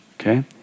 okay